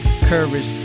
Courage